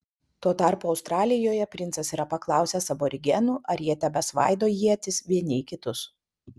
tuo tarpu australijoje princas yra paklausęs aborigenų ar jie tebesvaido ietis vieni į kitus